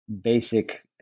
basic